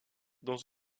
dans